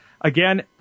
again